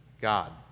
God